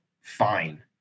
fine